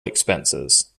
expenses